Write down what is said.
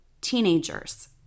teenagers